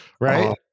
right